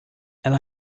ela